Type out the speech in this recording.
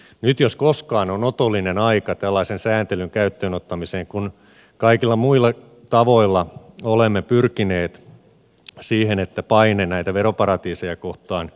nyt jos koskaan on otollinen aika tällaisen sääntelyn käyttöön ottamiseen kun kaikilla muilla tavoilla olemme pyrkineet siihen että paine näitä veroparatiiseja kohtaan kovenee